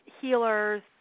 healers